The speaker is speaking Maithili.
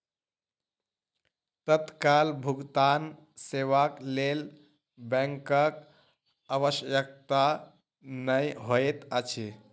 तत्काल भुगतान सेवाक लेल बैंकक आवश्यकता नै होइत अछि